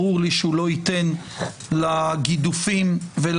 ברור לי שהוא לא ייתן לגידופים ולנאצות